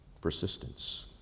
Persistence